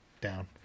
down